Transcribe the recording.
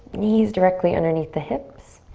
knees directly underneath the hips.